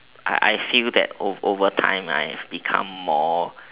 I I feel that over time I've become more